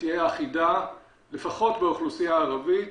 שתהיה אחידה לפחות באוכלוסייה הערבית.